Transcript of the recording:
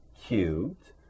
cubed